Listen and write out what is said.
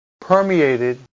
permeated